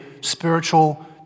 spiritual